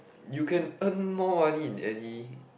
you can earn more money in any